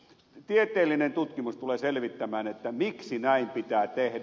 tieteellinen tutkimus tulee selvittämään miksi näin pitää tehdä